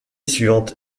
suivante